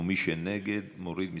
ומי שנגד, להוריד מסדר-היום.